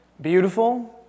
beautiful